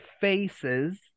faces